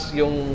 yung